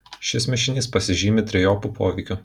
šis mišinys pasižymi trejopu poveikiu